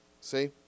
See